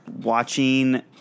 watching